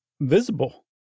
visible